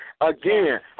again